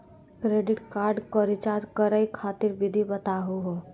Credit card क recharge करै खातिर विधि बताहु हो?